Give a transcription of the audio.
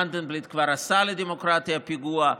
מנדלבליט כבר עשה לדמוקרטיה פיגוע,